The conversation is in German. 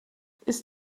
ist